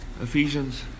Ephesians